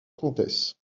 comtesse